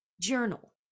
journal